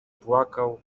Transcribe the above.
płakał